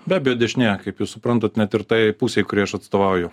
be abejo dešinė kaip jūs suprantate net ir tai pusė kuriai aš atstovauju